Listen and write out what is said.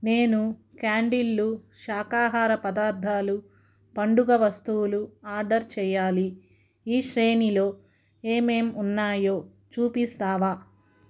నేను క్యాండిళ్ళు శాకాహార పదార్థాలు పండుగ వస్తువులు ఆర్డర్ చేయాలి ఈ శ్రేణిలో ఏమేం ఉన్నాయో చూపిస్తావా